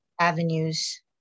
avenues